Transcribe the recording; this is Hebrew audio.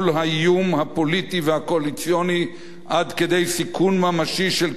והקואליציוני עד כדי סיכון ממשי של קיומו הוא עצמו,